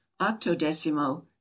octodecimo